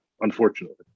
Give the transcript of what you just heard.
unfortunately